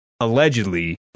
allegedly